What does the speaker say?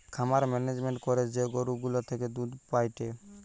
খামার মেনেজমেন্ট করে যে গরু গুলা থেকে দুধ পায়েটে